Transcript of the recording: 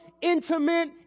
intimate